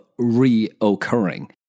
reoccurring